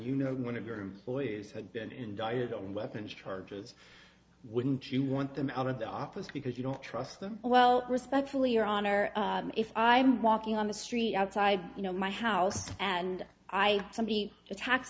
you know one of your lawyers had been indicted on weapons charges wouldn't you want them out of the office because you don't trust them well respectfully your honor if i'm walking on the street outside you know my house and i somebody's attacks